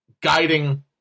guiding